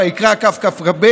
ויקרא כ', כ"ב: